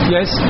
Yes